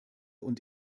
und